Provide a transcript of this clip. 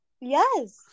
Yes